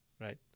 right